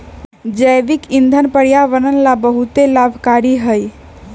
जैविक ईंधन पर्यावरण ला बहुत लाभकारी हई